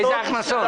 איזה הכנסות?